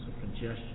congestion